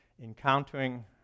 encountering